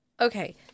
Okay